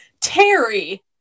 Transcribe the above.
Terry